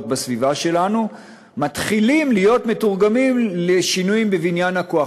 בסביבה שלנו מתחילים להיות מתורגמים לשינויים בבניין הכוח.